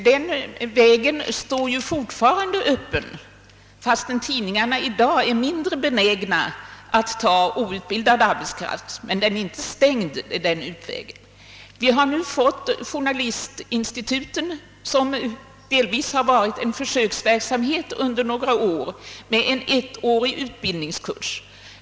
Den vägen står fortfarande öppen; fastän tidningarna i dag är mindre benägna att ta emot outbildad arbetskraft är den inte stängd. Vi har nu fått journalistinstituten — som delvis har inneburit en försöksverksamhet under några år — med en ettårig utbildningskurs.